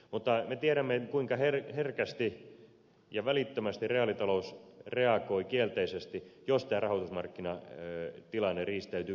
mutta me tiedämme kuinka herkästi ja välittömästi reaalitalous reagoi kielteisesti jos tämä rahoitusmarkkinatilanne riistäytyy kriisiksi